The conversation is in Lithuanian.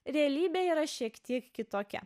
realybė yra šiek tiek kitokia